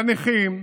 לנכים,